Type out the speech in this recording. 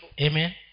Amen